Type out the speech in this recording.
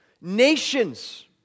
nations